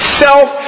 self